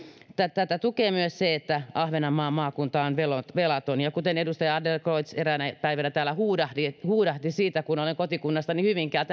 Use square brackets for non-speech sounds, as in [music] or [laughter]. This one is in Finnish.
tätä tukee myös se että ahvenanmaan maakunta on velaton velaton kuten edustaja adlercreutz eräänä päivänä täällä huudahti siitä kun kotikunnassani hyvinkäällä [unintelligible]